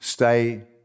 Stay